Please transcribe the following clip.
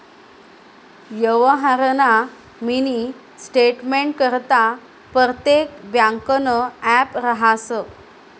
यवहारना मिनी स्टेटमेंटकरता परतेक ब्यांकनं ॲप रहास